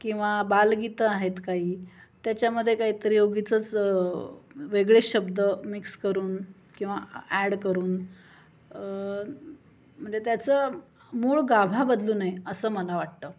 किंवा बालगीतं आहेत काही त्याच्यामध्ये काहीतरी उगीचच वेगळे शब्द मिक्स करून किंवा ॲड करून म्हणजे त्याचं मूळ गाभा बदलू नये असं मला वाटतं